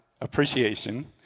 appreciation